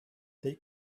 they